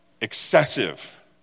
excessive